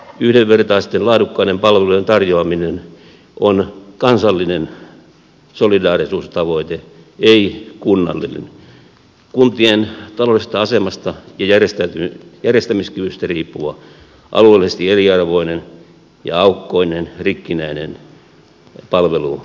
yhdenvertaisten laadukkaiden palvelujen tarjoaminen on kansallinen solidaarisuustavoite kyseessä ei voi olla kunnallinen kuntien taloudellisesta asemasta ja järjestä miskyvystä riippuva alueellisesti eriarvoinen ja aukkoinen rikkinäinen palveluverkko